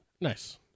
Nice